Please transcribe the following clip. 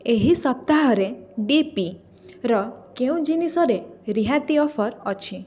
ଏହି ସପ୍ତାହରେ ଡିପିର କେଉଁ ଜିନିଷରେ ରିହାତି ଅଫର୍ ଅଛି